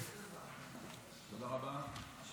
תודה רבה.